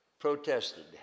protested